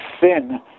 thin